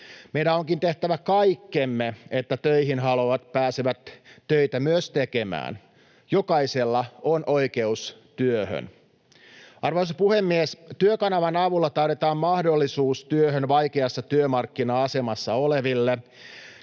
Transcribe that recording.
Meidän onkin tehtävä kaikkemme, että töihin haluavat pääsevät töitä myös tekemään. Jokaisella on oikeus työhön. Arvoisa puhemies! Työkanavan avulla tarjotaan mahdollisuus työhön vaikeassa työmarkkina-asemassa oleville,